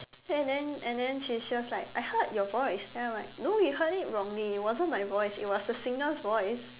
and then and then she's just like I heard your voice and I'm like no you heard it wrongly it wasn't my voice it was a singer's voice